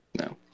No